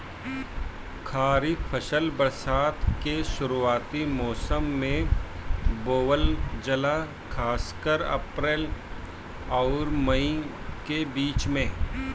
खरीफ फसल बरसात के शुरूआती मौसम में बोवल जाला खासकर अप्रैल आउर मई के बीच में